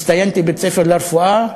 הצטיינתי בבית-הספר לרפואה.